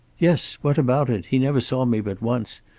yes. what about it? he never saw me but once,